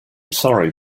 sorry